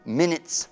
minutes